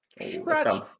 Scratch